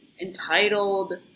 entitled